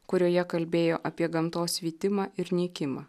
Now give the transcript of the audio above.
kurioje kalbėjo apie gamtos vytimą ir nykimą